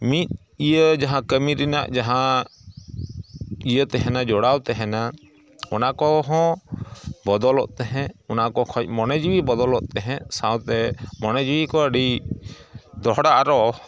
ᱢᱤᱫ ᱤᱭᱟᱹ ᱡᱟᱦᱟᱸ ᱠᱟᱹᱢᱤ ᱨᱮᱱᱟᱜ ᱡᱟᱦᱟᱸ ᱤᱭᱟᱹ ᱛᱮᱦᱮᱱᱟ ᱡᱚᱲᱟᱣ ᱛᱮᱦᱮᱱᱟ ᱚᱱᱟᱠᱚ ᱦᱚᱸ ᱵᱚᱫᱚᱞᱚᱜ ᱛᱮᱦᱮᱸᱫ ᱚᱱᱟᱠᱚ ᱠᱷᱚᱱ ᱢᱚᱱᱮ ᱡᱤᱣᱤ ᱵᱚᱫᱚᱞᱚᱜ ᱛᱮᱦᱮᱸᱫ ᱥᱟᱶᱛᱮ ᱢᱚᱱᱮ ᱡᱤᱣᱤᱠᱚ ᱟᱹᱰᱤ ᱫᱚᱦᱲᱟ ᱟᱨᱚ